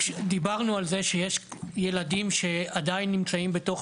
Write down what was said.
דיברנו על זה שיש ילדים שעדיין נמצאים בתוך